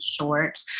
short